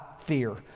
fear